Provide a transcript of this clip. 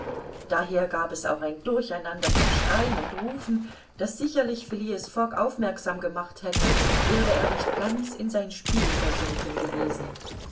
daher gab es auch ein durcheinander von schreien und rufen das sicherlich phileas fogg aufmerksam gemacht hätte wäre er nicht ganz in sein spiel versunken gewesen